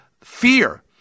fear